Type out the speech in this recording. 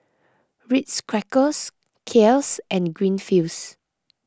Ritz Crackers Kiehl's and Greenfields